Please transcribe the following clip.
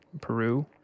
peru